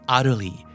Utterly